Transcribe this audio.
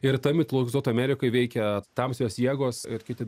ir ta mitologizuota amerikoj veikia tamsios jėgos ir kiti